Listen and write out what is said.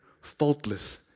faultless